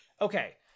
okay